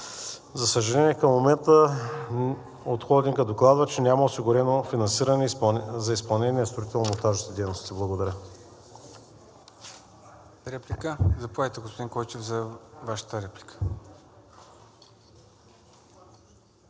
За съжаление, към момента от Холдинга докладваха, че няма осигурено финансиране за изпълнение на строително-монтажните дейности. Благодаря.